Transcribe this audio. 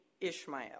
Ishmael